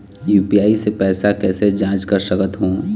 UPI से पैसा कैसे जाँच कर सकत हो?